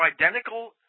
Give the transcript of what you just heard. identical